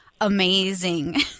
amazing